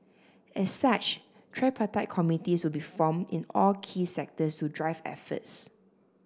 as such tripartite committees will be formed in all key sectors to drive efforts